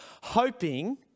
hoping